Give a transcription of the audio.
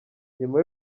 nyuma